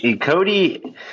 Cody